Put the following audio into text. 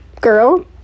girl